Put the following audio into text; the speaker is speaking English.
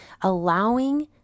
Allowing